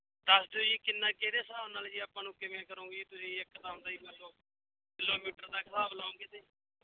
ਦੱਸ ਦਿਓ ਜੀ ਕਿੰਨਾ ਕਿਹਦੇ ਹਿਸਾਬ ਨਾਲ ਜੀ ਆਪਾਂ ਨੂੰ ਕਿਵੇਂ ਕਰੋਂਗੇ ਜੀ ਤੁਸੀਂ ਇੱਕ ਤਾਂ ਹੁੰਦਾ ਜੀ ਮੰਨ ਲਓ ਕਿਲੋਮੀਟਰ ਦਾ ਹਿਸਾਬ ਲਓਗੇ ਤੇ